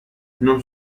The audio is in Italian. non